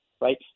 right